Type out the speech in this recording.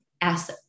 ask